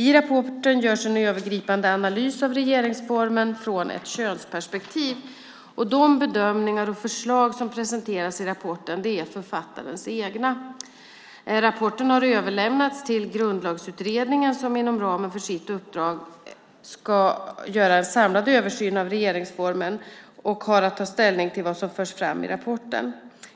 I rapporten görs en övergripande analys av regeringsformen från ett könsperspektiv. De bedömningar och förslag som presenteras i rapporten är författarens egna. Rapporten har överlämnats till Grundlagsutredningen som, inom ramen för sitt uppdrag att göra en samlad översyn av regeringsformen, har att ta ställning till vad som förs fram i rapporten.